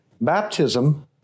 Baptism